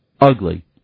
ugly